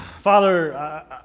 Father